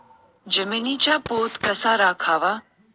जमिनीचा पोत कसा राखावा?